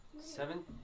Seven